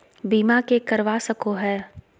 बीमा के करवा सको है?